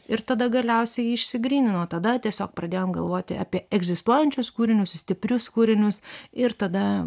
ir tada galiausiai išsigrynino tada tiesiog pradėjom galvoti apie egzistuojančius kūrinius stiprius kūrinius ir tada